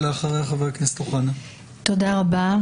תודה רבה.